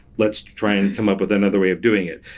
let's try and come up with another way of doing it.